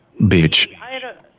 Bitch